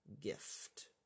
gift